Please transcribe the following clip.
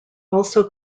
also